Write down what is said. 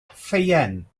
ffeuen